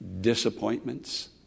disappointments